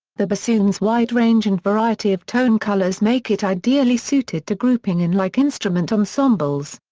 the bassoon's wide range and variety of tone colors make it ideally suited to grouping in like-instrument ensembles.